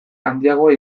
handiagoa